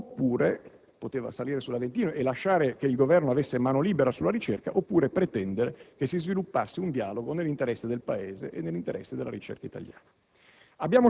poteva salire sull'Aventino e lasciare che il Governo avesse mano libera sulla ricerca oppure pretendere che si sviluppasse un dialogo nell'interesse del Paese e della ricerca italiana.